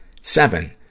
Seven